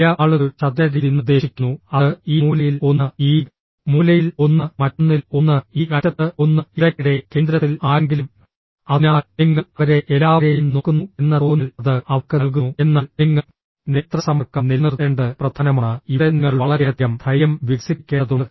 ചില ആളുകൾ ചതുര രീതി നിർദ്ദേശിക്കുന്നു അത് ഈ മൂലയിൽ ഒന്ന് ഈ മൂലയിൽ ഒന്ന് മറ്റൊന്നിൽ ഒന്ന് ഈ അറ്റത്ത് ഒന്ന് ഇടയ്ക്കിടെ കേന്ദ്രത്തിൽ ആരെങ്കിലും അതിനാൽ നിങ്ങൾ അവരെ എല്ലാവരെയും നോക്കുന്നു എന്ന തോന്നൽ അത് അവർക്ക് നൽകുന്നു എന്നാൽ നിങ്ങൾ നേത്ര സമ്പർക്കം നിലനിർത്തേണ്ടത് പ്രധാനമാണ് ഇവിടെ നിങ്ങൾ വളരെയധികം ധൈര്യം വികസിപ്പിക്കേണ്ടതുണ്ട്